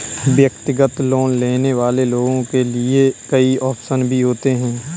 व्यक्तिगत लोन लेने वाले लोगों के लिये कई आप्शन भी होते हैं